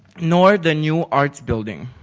nor the new arts building.